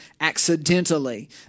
accidentally